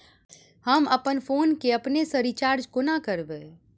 हम अप्पन फोन केँ अपने सँ रिचार्ज कोना करबै?